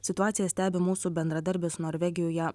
situaciją stebi mūsų bendradarbis norvegijoje